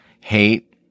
Hate